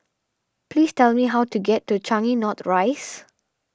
please tell me how to get to Changi North Rise